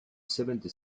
seventy